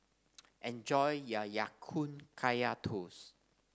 enjoy your Ya Kun Kaya Toast